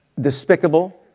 Despicable